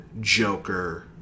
Joker